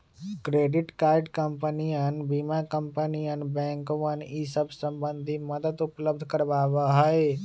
credit card कंपनियन बीमा कंपनियन बैंकवन ई सब संबंधी मदद उपलब्ध करवावा हई